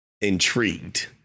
intrigued